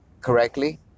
correctly